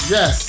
Yes